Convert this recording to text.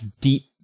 deep